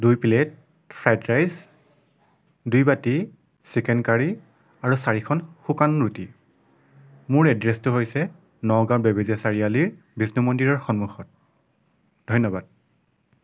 দুই plate fried rice দুই বাটি চিকেন কাৰী আৰু চাৰিখন শুকান ৰুটি মোৰ এড্ৰেছটো হৈছে নগাঁও বেবেজীয়া চাৰিআলিৰ বিষ্ণু মন্দিৰৰ সন্মুখত ধন্য়বাদ